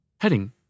Heading